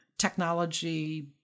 technology